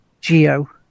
Geo